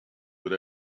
but